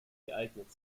geeignet